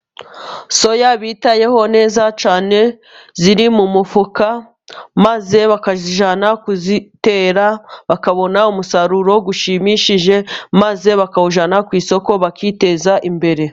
Soya bitayeho neza cyane ziri mu mufuka maze bakazijyana kuzitera bakabona umusaruro ushimishije, maze bakawujyana ku isoko bakiteza imbere.